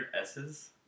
S's